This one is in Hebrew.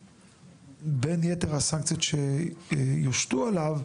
בין יתר הסנקציות שיושטו עליו,